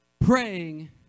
praying